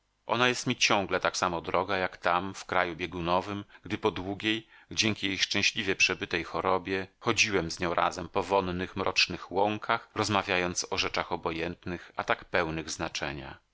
ona jest mi ciągle tak samo droga jak tam w kraju biegunowym gdy po długiej dzięki jej szczęśliwie przebytej chorobie chodziłem z nią razem po wonnych mrocznych łąkach rozmawiając o rzeczach obojętnych a tak pełnych znaczenia